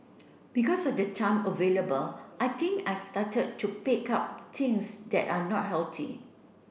because of the time available I think I started to pick up things that are not healthy